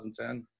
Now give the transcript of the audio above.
2010